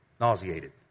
nauseated